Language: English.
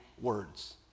words